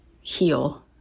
heal